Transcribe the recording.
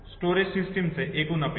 storage सिस्टमचे एकूण अपयश